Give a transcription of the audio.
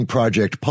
Project